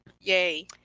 Yay